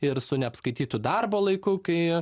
ir su neapskaitytu darbo laiku kai